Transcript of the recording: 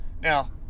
Now